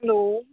hello